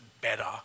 better